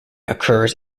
occurs